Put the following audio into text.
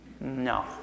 No